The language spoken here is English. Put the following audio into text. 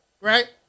Right